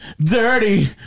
dirty